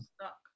stuck